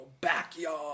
backyard